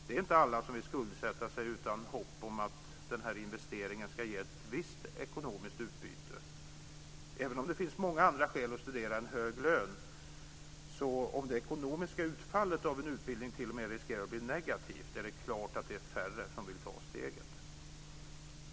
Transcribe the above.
Det är inte alla som vill skuldsätta sig utan hopp om att investeringen ska ge ett visst ekonomiskt utbyte. Även om det finns många andra skäl att studera än hög lön är det klart att det, om det ekonomiska utfallet av en utbildning t.o.m. riskerar att bli negativt, är färre som vill ta steget.